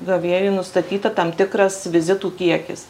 gavėjui nustatyta tam tikras vizitų kiekis